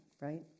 right